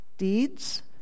deeds